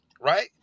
right